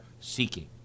seeking